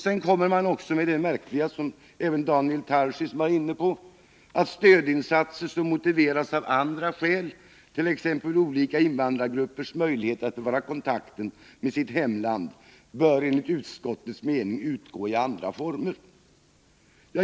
Sedan kommer man också med det märkliga uttalandet — det var även Daniel Tarschys inne på — att ”stödinsatser, som motiveras av andra skäl, t.ex. olika invandrargruppers möjligheter att bevara kontakten med sitt hemland bör ——— utgå i andra former”.